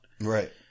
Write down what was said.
Right